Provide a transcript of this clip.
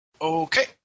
Okay